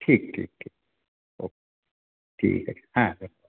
ঠিক ঠিক ঠিক ওকে ঠিক আছে হ্যাঁ রাখুন